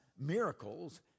miracles